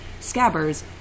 Scabbers